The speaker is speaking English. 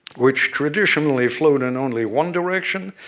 which, traditionally, flowed in only one direction,